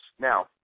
Now